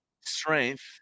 strength